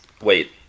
Wait